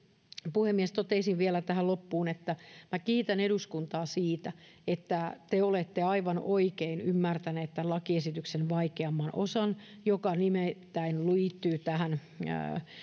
puhemies toteaisin vielä tähän loppuun että minä kiitän eduskuntaa siitä että te olette aivan oikein ymmärtäneet tämän lakiesityksen vaikeamman osan joka nimittäin liittyy